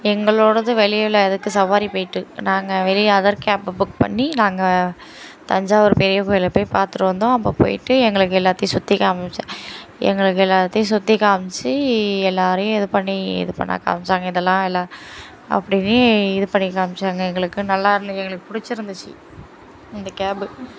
எங்களோடது வெளியில் இருக்குது சவாரி போயிட்டு நாங்கள் வெளியே அதர் கேபு புக் பண்ணி நாங்கள் தஞ்சாவூர் பெரிய கோவிலை போய் பார்த்துட்டு வந்தோம் அப்போ போயிட்டு எங்களுக்கு எல்லாத்தையும் சுற்றி காமித்து எங்களுக்கு எல்லாத்தையும் சுற்றி காமித்து எல்லாரையும் இது பண்ணி இது பண்ணி காமிச்சாங்க இதெல்லாம் அப்படினு இது பண்ணி காமிச்சாங்க எங்களுக்கு நல்லா இருந்து எங்களுக்கு பிடிச்சிருந்துச்சி இந்த கேபு